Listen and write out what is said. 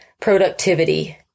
productivity